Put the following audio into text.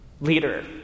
leader